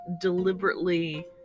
deliberately